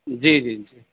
جی جی جی